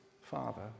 Father